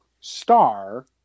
star